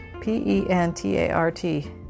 P-E-N-T-A-R-T